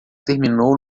terminou